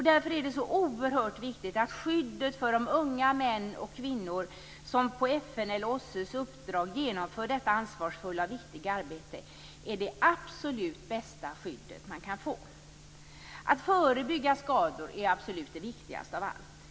Därför är det så oerhört viktigt att skyddet för de unga män och kvinnor som på FN:s eller OSSE:s uppdrag genomför detta ansvarsfulla och viktiga arbete är det absolut bästa skydd man kan få. Att förebygga skador är absolut det viktigaste av allt.